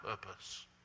purpose